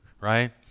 right